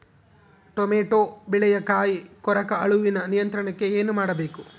Tomato ಬೆಳೆಯ ಕಾಯಿ ಕೊರಕ ಹುಳುವಿನ ನಿಯಂತ್ರಣಕ್ಕೆ ಏನು ಮಾಡಬೇಕು?